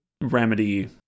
Remedy